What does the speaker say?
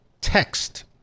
text